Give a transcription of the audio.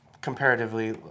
comparatively